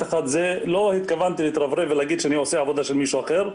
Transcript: לא התכוונתי להתרברב ולהגיד שאני עושה עבודה של מישהו אחר.